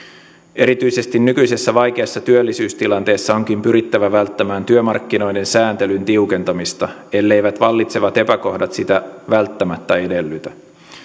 erityisesti nykyisessä vaikeassa työllisyystilanteessa onkin pyrittävä välttämään työmarkkinoiden sääntelyn tiukentamista elleivät vallitsevat epäkohdat sitä välttämättä edellytä